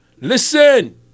Listen